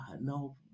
No